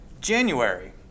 January